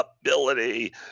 ability